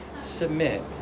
Submit